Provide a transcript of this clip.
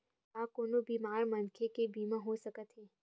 का कोनो बीमार मनखे के बीमा हो सकत हे?